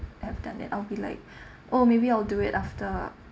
I've done that I'll be like oh maybe I'll do it after